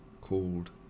called